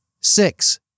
Six